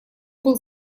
был